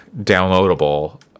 downloadable